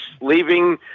leaving